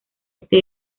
este